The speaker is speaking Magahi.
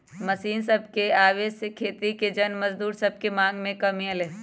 मशीन सभके आबे से खेती के जन मजदूर सभके मांग में कमी अलै ह